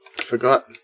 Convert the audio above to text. forgot